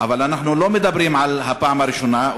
אבל אנחנו לא מדברים על הפעם הראשונה,